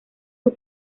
sus